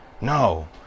No